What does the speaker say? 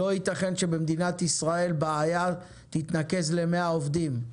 לא יתכן שבמדינת ישראל בעיה תתנקז ל-100 עובדים.